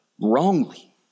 Wrongly